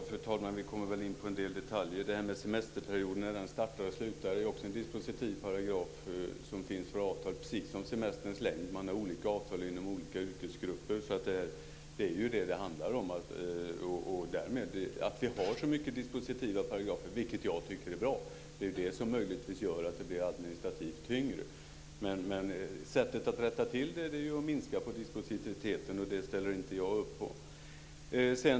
Fru talman! Vi kommer väl in på en del detaljer. När semesterperioden startar och slutar regleras också i en dispositiv paragraf, precis som semesterns längd. Man har olika avtal inom olika yrkesgrupper. Det är vad det handlar om. Att vi har så många dispositiva paragrafer, vilket jag tycker är bra, är möjligtvis det som gör att det blir administrativt tyngre. Men sättet att rätta till det är att minska dispositiviteten, och det ställer jag inte upp på.